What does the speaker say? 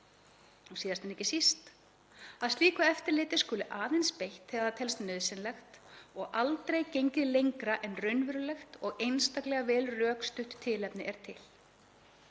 Síðast en ekki síst að slíku eftirliti skuli aðeins beitt þegar það telst nauðsynlegt og aldrei gengið lengra en raunverulegt og einstaklega vel rökstutt tilefni er til.